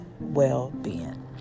well-being